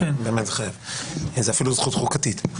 זו אפילו זכות חוקתית.